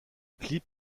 clip